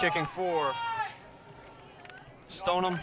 chicken for stone